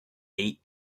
eight